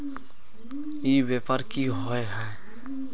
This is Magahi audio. ई व्यापार की होय है?